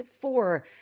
four